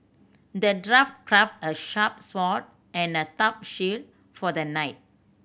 the dwarf crafted a sharp sword and a tough shield for the knight